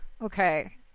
Okay